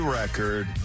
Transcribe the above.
record